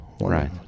Right